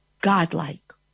godlike